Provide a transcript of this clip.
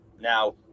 Now